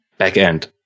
backend